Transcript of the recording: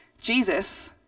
Jesus